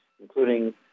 including